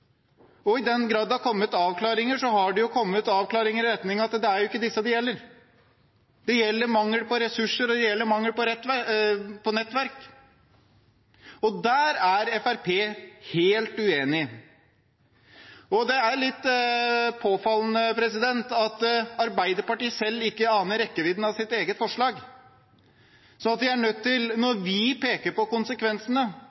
I den grad det har kommet avklaringer, har det kommet i retning av at det er ikke disse det gjelder. Det gjelder mangel på ressurser, og det gjelder mangel på nettverk. Der er Fremskrittspartiet helt uenig. Det er litt påfallende at Arbeiderpartiet selv ikke aner rekkevidden av sitt eget forslag. Når vi peker på konsekvensene, når vi sier at signalene blir sendt til